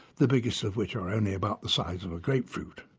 the biggest of which are only about the size of a grapefruit.